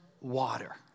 water